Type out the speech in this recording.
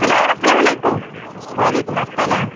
hello السلام علیکُم وعلیکُم السلام